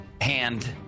hand